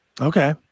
Okay